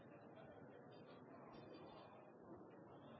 dette